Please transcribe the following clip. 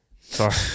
Sorry